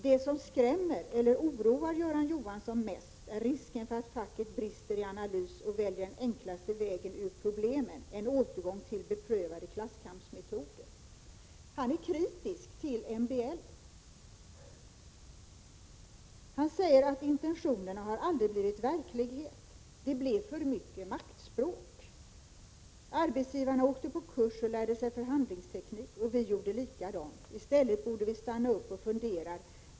Det som skrämmer eller oroar Göran Johansson mest är risken för att facket brister i analys och väljer den enklaste vägen ur problemen — en återgång till beprövade klasskampsmetoder. Han är kritisk till MBL. Han säger att intentionerna aldrig har blivit verklighet. Det blev för mycket maktspråk. Arbetsgivarna åkte på kurs och lärde sig förhandlingsteknik — och vi gjorde likadant, säger han. I stället borde vi stanna upp och fundera.